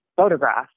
photograph